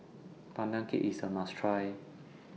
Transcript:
Pandan Cake IS A must Try